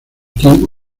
king